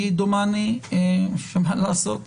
דומני שקיבלנו תשובה למסלול הרביעי,